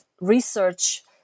research